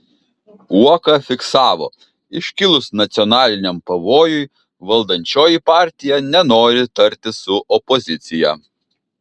uoka fiksavo iškilus nacionaliniam pavojui valdančioji partija nenori tartis su opozicija